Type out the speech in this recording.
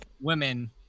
women